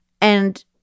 and-